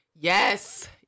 Yes